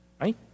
Right